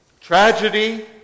Tragedy